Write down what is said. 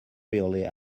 really